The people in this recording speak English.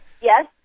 Yes